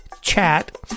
chat